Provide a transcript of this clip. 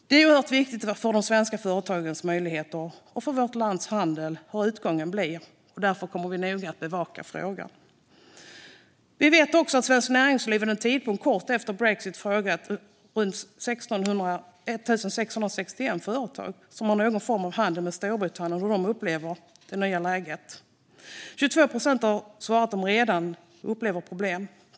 Det är oerhört viktigt för de svenska företagens möjligheter och för vårt lands handel hur utgången blir, och därför kommer vi att bevaka frågan noga. Vi vet att Svenskt Näringsliv vid en tidpunkt kort efter brexit frågade 1 661 företag som har någon form av handel med Storbritannien hur de upplever det nya läget. 22 procent svarade att de redan upplever problem.